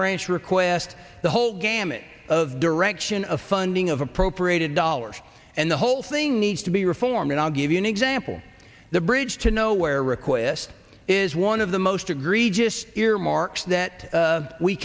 branch requests the whole gamut of direction of funding of appropriated dollars and the whole thing needs to be reform and i'll give you an example the bridge to nowhere request is one of the most egregious earmarks that